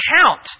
count